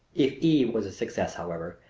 if eve was a success, however,